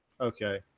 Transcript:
Okay